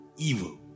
evil